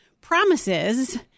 promises